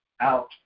out